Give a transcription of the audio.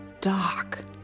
dark